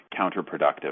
counterproductive